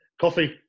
Coffee